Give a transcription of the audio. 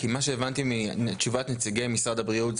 כי מה שהבנתי מתשובת נציגי משרד הבריאות,